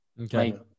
okay